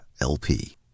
LP